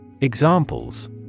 Examples